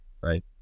right